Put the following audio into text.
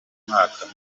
umwaka